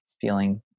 feeling